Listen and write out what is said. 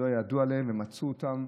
באיזונים הנדרשים שנותנים,